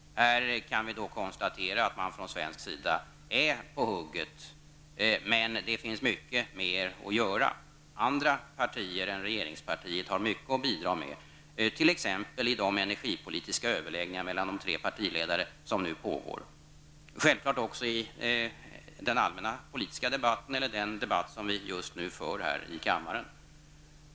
Vi kan konstatera att man från svensk sida är på hugget, men det finns mycket mer att göra. Andra partier än regeringspartiet har mycket att bidra med, t.ex. i de energipolitiska överläggningar mellan de tre partiledarna som nu pågår. Detta gäller självfallet i den allmänna politiska debatten och i den debatt som vi nu för här i kammaren.